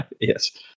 Yes